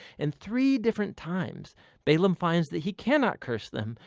and three different times balaam finds that he cannot curse them.